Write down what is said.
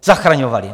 Zachraňovali.